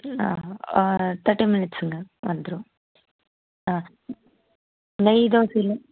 ஆ தேட்டி மினிட்ஸ்ங்க வந்துவிடும் ஆ நெய் தோசை